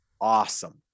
awesome